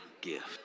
gift